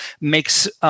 makes –